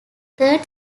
third